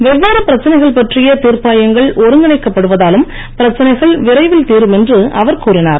வெவ்வேறு பிரச்சனைகள் பற்றிய திர்ப்பாயங்கள் ஒருங்கிணைக்கப்படுவதாலும் பிரச்சனைகள் விரைவில் திரும் என்று அவர் கூறினார்